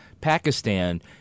Pakistan